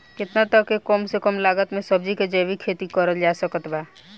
केतना तक के कम से कम लागत मे सब्जी के जैविक खेती करल जा सकत बा?